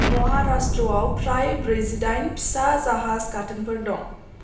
महाराष्ट्रआव फ्राय ब्रैजि दाइन फिसा जाहाज गाथोनफोर दं